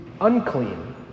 unclean